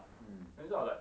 then so I'm like